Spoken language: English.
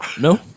No